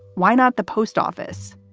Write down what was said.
why not the post office?